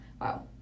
Wow